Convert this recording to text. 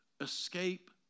escape